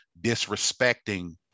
disrespecting